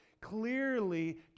clearly